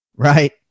right